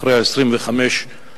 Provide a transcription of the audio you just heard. אחרי 25 שנים,